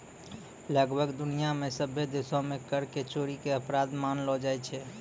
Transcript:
लगभग दुनिया मे सभ्भे देशो मे कर के चोरी के अपराध मानलो जाय छै